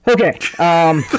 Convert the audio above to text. Okay